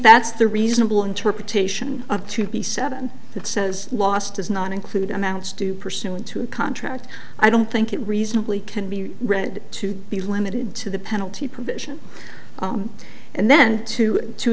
that's the reasonable interpretation up to be seven that says lost does not include amounts to pursuant to a contract i don't think it reasonably can be read to be limited to the penalty provision and then to to